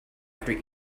after